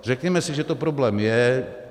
Řekněme si, že to problém je.